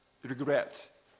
regret